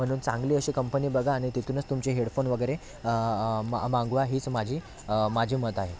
म्हणून चांगली अशी कंपनी बघा आणि तिथूनच तुमचे हेडफोन वगैरे माग मागवा ही माझी माझे मत आहे